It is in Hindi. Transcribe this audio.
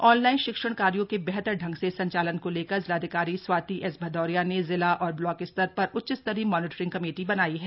ऑनलाइन शिक्षण कार्यों के बेहतर ढंग से संचालन को लेकर जिलाधिकारी स्वाति एस भदौरिया ने जिला और ब्लाक स्तर पर उच्चस्तरीय मॉनिटरिंग कमेटी बनाई है